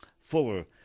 Fuller